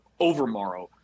overmorrow